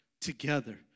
together